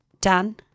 Done